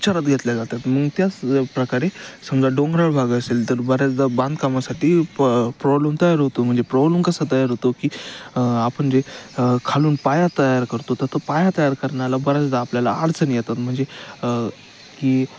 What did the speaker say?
विचारात घेतल्या जातात मग त्याच प्रकारे समजा डोंगराळ भाग असेल तर बऱ्याचदा बांधकामासाठी प प्रॉब्लम तयार होतो म्हणजे प्रॉब्लम कसा तयार होतो की आपण जे खालून पाया तयार करतो तर तो पाया तयार करण्याला बऱ्याचदा आपल्याला अडचण येतात म्हणजे की